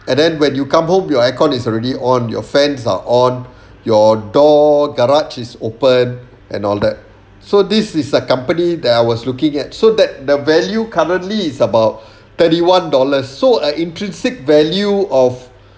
and then when you come home you aircon is already on your fans are on your door garage is open and all that so this is a company that I was looking at so that the value currently is about thirty one dollars so an intrinsic value of